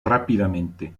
rápidamente